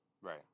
Right